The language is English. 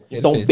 Então